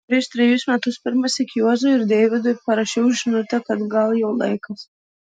prieš trejus metus pirmąsyk juozui ir deivydui parašiau žinutę kad gal jau laikas